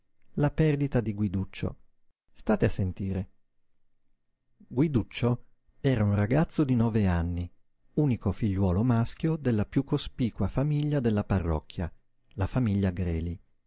la perdita di guiduccio state a sentire guiduccio era un ragazzo di nove anni unico figliuolo maschio della piú cospicua famiglia della parrocchia la famiglia greli